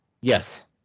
yes